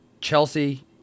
Chelsea